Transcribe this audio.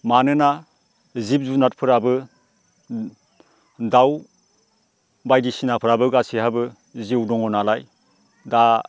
मानोना जिब जुनादफोराबो दाउ बायदिसिनाफोराबो गासिहाबो जिउ दङनालाय दा